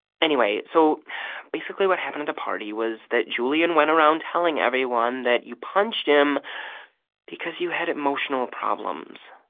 anyway, so basically what happened at the party was that julian went around telling everyone that you punched him because you had emotional problems,